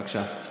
בבקשה.